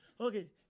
okay